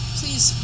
please